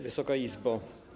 Wysoka Izbo!